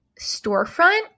storefront